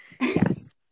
yes